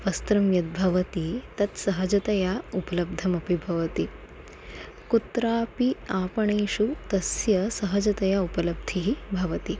वस्त्रं यद्भवति तत् सहजतया उपलब्धमपि भवति कुत्रापि आपणेषु तस्य सहजतया उपलब्धिः भवति